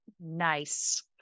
Nice